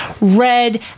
red